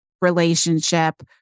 relationship